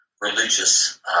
religious